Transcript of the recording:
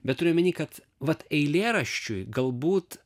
bet turiu omeny kad vat eilėraščiui galbūt